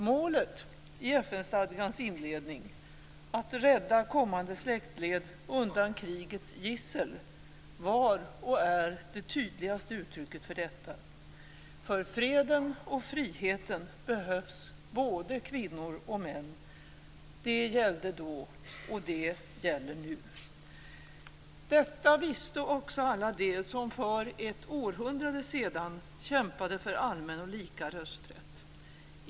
Målet i FN-stadgans inledning, "att rädda kommande släktled undan krigets gissel", var och är det tydligaste uttrycket för detta. För freden och friheten behövs både kvinnor och män. Det gällde då, och det gäller nu. Detta visste också alla de som för ett århundrade sedan kämpade för allmän och lika rösträtt.